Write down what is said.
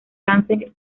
cáncer